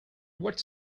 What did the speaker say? what